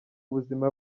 buzima